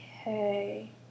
Okay